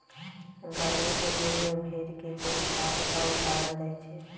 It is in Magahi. गरमि कें दिन में भेर के केश काट कऽ उतारल जाइ छइ